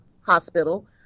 Hospital